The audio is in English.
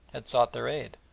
had sought their aid.